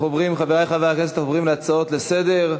חברי חברי הכנסת, אנחנו עוברים להצעות לסדר-היום.